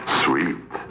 sweet